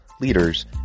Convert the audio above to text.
leaders